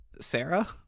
sarah